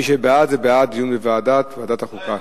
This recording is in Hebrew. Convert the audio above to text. מי שבעד, זה בעד דיון בוועדת החוקה.